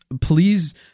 please